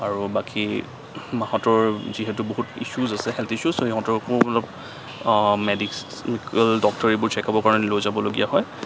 আৰু বাকী মাহঁতৰ যিহেতু বহুত ইছুছ আছে হেলথ ইছুছ ত' সিহঁতৰ মেডিচেন ডক্টৰ এইবোৰ চেক আপৰ কাৰণে লৈ যাবলগীয়া হয়